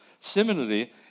Similarly